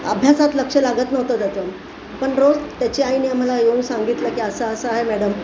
अभ्यासात लक्ष लागत नव्हतं त्याचं पण रोज त्याची आईने आम्हाला येऊन सांगितलं की असं असं आहे मॅडम